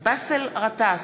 באסל גטאס,